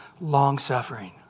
long-suffering